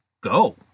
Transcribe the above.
go